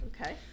Okay